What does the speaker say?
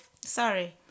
sorry